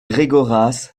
gregoras